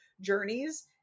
journeys